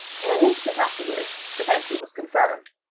in an instant afterward the fancy was confirmed.